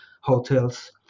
hotels